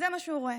זה מה שהוא רואה: